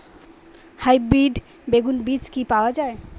Hybrid বেগুন বীজ কি পাওয়া য়ায়?